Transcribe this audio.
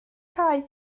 cae